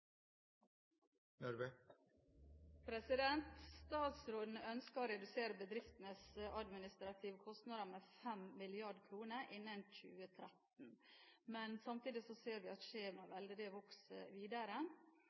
opposisjonen. Statsråden ønsker å redusere bedriftenes administrative kostnader med 5 mrd. kr innen 2013. Samtidig ser vi at skjemaveldet vokser videre.